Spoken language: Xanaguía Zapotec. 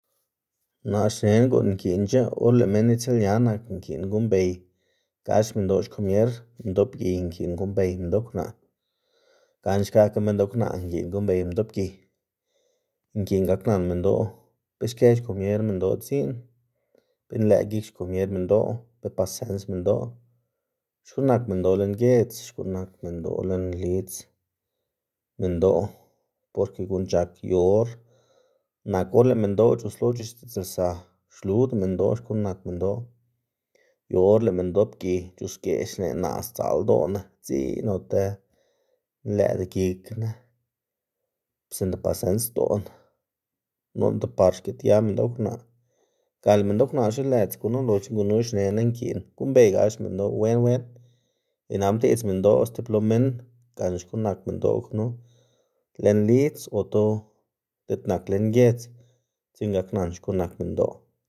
Naꞌ xnená guꞌn nkiꞌnc̲h̲a or lëꞌ minn itsiꞌlña nak, nkiꞌn guꞌnnbeygax minndoꞌ xkomier, minndoꞌ pgiy nkiꞌn guꞌnnbey minndoꞌ kwnaꞌ gana xkakga minndoꞌ kwnaꞌ nkiꞌn guꞌnnbey minndoꞌ pgiy. Nkiꞌn gaknan minndoꞌ be xkë xkomier minndoꞌ dziꞌn, be nlëꞌ gik xkomier minndoꞌ, be pasens minndoꞌ, xkuꞌn nak minndoꞌ lën giedz, xkuꞌn nak minndoꞌ lën lidz minndoꞌ. Poke guꞌn c̲h̲ak yu or nak or lëꞌ minndoꞌ c̲h̲uslo c̲h̲ixtiꞌdzlsa xluwda minndoꞌ xkuꞌn nak minndoꞌ, yu or lëꞌ minndoꞌ pgiy c̲h̲usgeꞌ xneꞌ naꞌ sdzaꞌl ldoꞌná dziꞌn ota nlëꞌda gikná sinda pasensdoꞌná, noꞌnda par xkidia minndoꞌ kwnaꞌ ga lëꞌ minndoꞌkwnaꞌ xlelëdz gunu, loxna gunu xnená nki'n guꞌnnbeygax minndoꞌ wen wen, inabdiꞌdz minndoꞌ stib lo minn gan xkuꞌn nak minndoꞌ knu lën lidz oto di't nak lën giez gaknan xkuꞌn nak minndoꞌ.